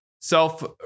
self